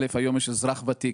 היום יש אזרח ותיק,